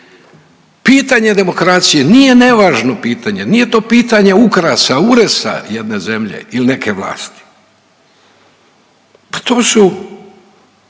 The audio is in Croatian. Pitanje demokracije nije nevažno pitanje, nije to pitanje ukrasa, uresa jedne zemlje ili neke vlasti. Pa to su